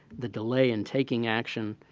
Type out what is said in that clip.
the delay in taking action,